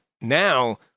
now